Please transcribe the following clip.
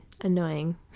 annoying